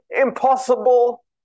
impossible